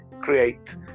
create